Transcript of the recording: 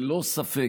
ללא ספק,